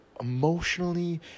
emotionally